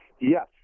Yes